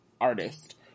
artist